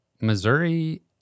Missouri